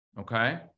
okay